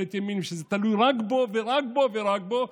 ממשלת ימין ושזה תלוי רק בו ורק בו ורק בו.